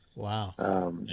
wow